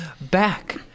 back